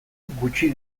gutxi